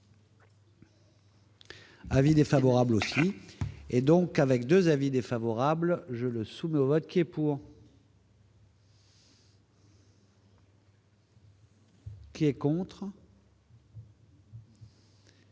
Avis défavorable et donc avec 2 avis défavorables je le soumet au vote qui est pour. Qui est contre.